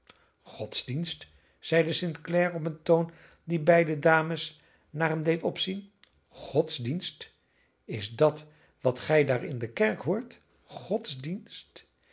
godsdienst zeide st clare op een toon die beide dames naar hem deed opzien godsdienst is dat wat gij daar in de kerk hoort godsdienst